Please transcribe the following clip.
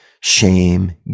shame